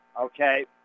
Okay